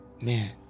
man